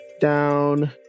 down